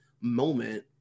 moment